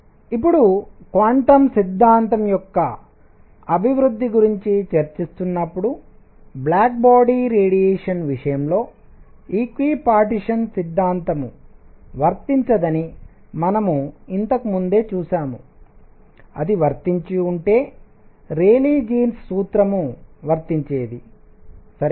ఇప్పుడు క్వాంటం సిద్ధాంతం యొక్క అభివృద్ధి గురించి చర్చిస్తున్నప్పుడు బ్లాక్ బాడీ కృష్ణ వస్తువు రేడియేషన్ వికిరణం విషయంలో ఈక్విపార్టీషన్ సమవిభజన సిద్ధాంతం వర్తించదని మనము ఇంతకు ముందే చూశాము అది వర్తించి ఉంటే రేలీ జీన్ సూత్రం వర్తించేది సరేనా